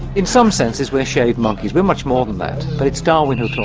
in some senses we are shaved monkeys, we're much more than that but it's darwin who taught